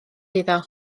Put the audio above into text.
iddo